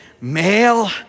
male